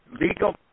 legal